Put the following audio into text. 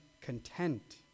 content